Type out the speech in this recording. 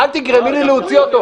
לכן, אל תגרמי לי להוציא אותו.